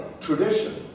tradition